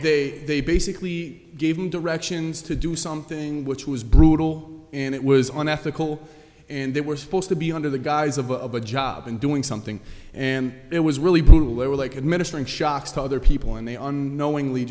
they they basically gave them directions to do something which was brutal and it was on ethical and they were supposed to be under the guise of a job and doing something and it was really brutal they were like administering shocks to other people and they on knowingly